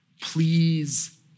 Please